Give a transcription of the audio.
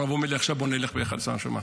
הרב אומר לי: עכשיו בוא נלך ביחד לעשות הנשמה.